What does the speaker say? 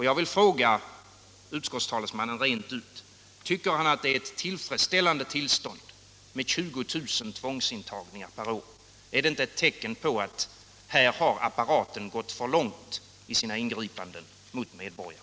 Jag vill fråga utskottstalesmannen rent ut: Tycker han att det är ett tillfredsställande tillstånd med 20 000 tvångsintagningar per år? Är det inte ett tecken på att apparaten har gått för långt i sina ingripanden mot medborgarna?